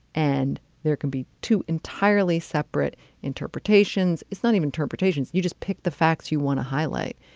and there can be two entirely separate interpretations. it's not even interpretations. you just pick the facts you want to highlight.